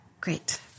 Great